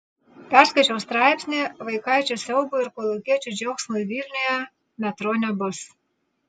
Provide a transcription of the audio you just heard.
perskaičiau straipsnį vaikaičių siaubui ir kolūkiečių džiaugsmui vilniuje metro nebus